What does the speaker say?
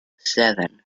seven